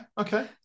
okay